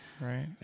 Right